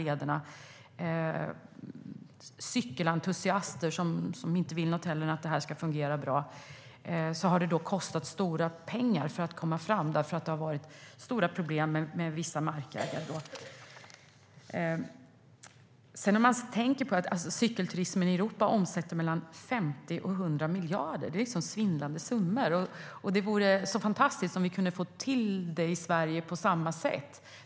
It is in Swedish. Det är cykelentusiaster som inte vill något hellre än att detta ska fungera bra. Det har kostat stora pengar att komma framåt, för det har varit problem med vissa markägare. Cykelturismen i Europa omsätter 50-100 miljarder. Det är svindlande summor. Det vore fantastiskt om vi i Sverige kunde få till det på samma sätt.